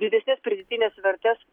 didesnės pridėtinės vertės